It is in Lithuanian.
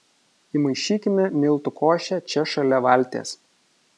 įmaišykime miltų košę čia šalia valties